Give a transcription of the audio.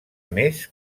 més